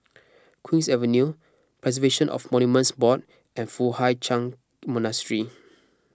Queen's Avenue Preservation of Monuments Board and Foo Hai Ch'an Monastery